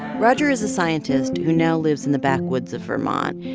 roger is a scientist who now lives in the backwoods of vermont.